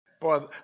Boy